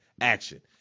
Action